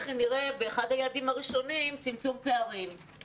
אם נראה באחד היעדים הראשונים צמצום פערים.